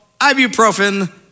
Ibuprofen